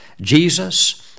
Jesus